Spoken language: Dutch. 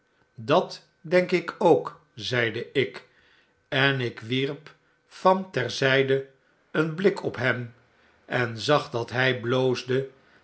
dat denk ik ook zeide ik en ik wierp van ter zyde een blik op hem en zag dat by bloosde